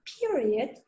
period